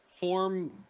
Form